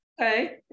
Okay